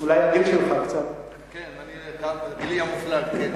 אולי הגיל שלך קצת, כן, גילי המופלג.